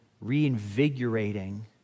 reinvigorating